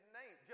name